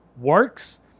works